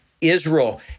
Israel